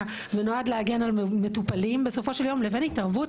ונועד להגן על מטופלים בסופו של יום לבין התערבות